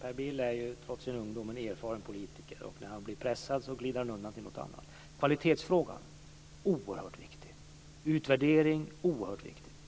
Fru talman! Per Bill är trots sin ungdom en erfaren politiker. När han blir pressad glider han undan till något annat. Kvalitetsfrågan är oerhört viktig, och utvärdering är oerhört viktigt.